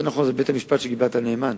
יותר נכון, זה בית-המשפט שגיבה את הנאמן.